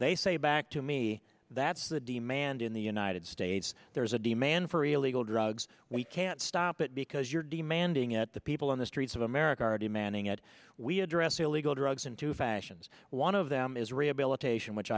they say back to me that's the demand in the united states there's a demand for illegal drugs we can't stop it because you're demanding it the people in the streets of america already manning it we address illegal drugs into fashions one of them is rehabilitation which